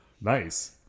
Nice